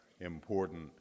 important